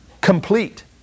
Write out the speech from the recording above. complete